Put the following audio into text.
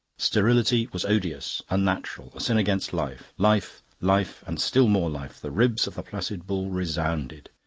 sterility was odious, unnatural, a sin against life. life, life, and still more life. the ribs of the placid bull resounded.